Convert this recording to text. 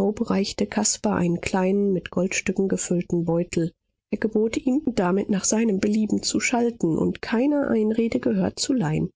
reichte caspar einen kleinen mit goldstücken gefüllten beutel er gebot ihm damit nach seinem belieben zu schalten und keiner einrede gehör zu leihen